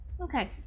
okay